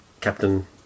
Captain